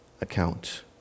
account